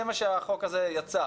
זה מה שהחוק הזה יצר.